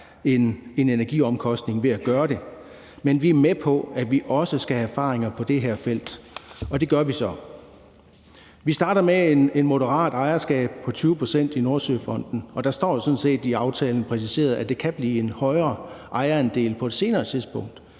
en energiomkostning ved at gøre det. Men vi er med på, at vi også skal have erfaringer på det her felt, og det gør vi så. Vi starter med et moderat ejerskab på 20 pct. i Nordsøfonden, og der står jo sådan set i aftalen præciseret, at det kan blive en højere ejerandel på et senere tidspunkt,